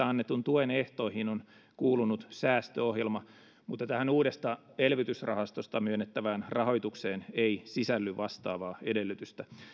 annetun tuen ehtoihin on kuulunut säästöohjelma mutta tähän uudesta elvytysrahastosta myönnettävään rahoitukseen ei sisälly vastaavaa edellytystä